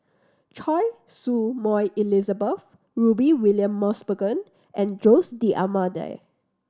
Choy Su Moi Elizabeth Rudy William Mosbergen and Jose D'Almeida